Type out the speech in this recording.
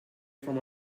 from